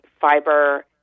fiber